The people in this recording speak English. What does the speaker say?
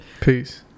Peace